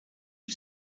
you